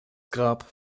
grab